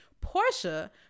Portia